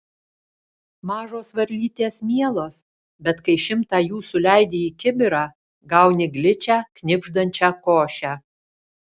mažos varlytės mielos bet kai šimtą jų suleidi į kibirą gauni gličią knibždančią košę